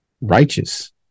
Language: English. righteous